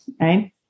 Right